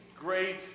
great